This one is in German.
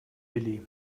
willi